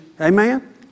Amen